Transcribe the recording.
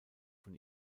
von